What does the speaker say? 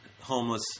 homeless